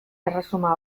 erresuma